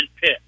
Pitt